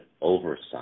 oversight